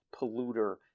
polluter